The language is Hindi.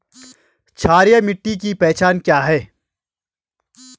क्षारीय मिट्टी की पहचान क्या है?